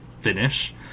finish